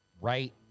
right